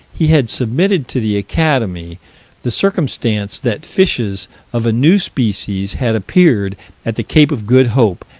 he had submitted to the academy the circumstance that fishes of a new species had appeared at the cape of good hope,